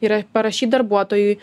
ir parašyt darbuotojui